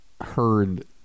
heard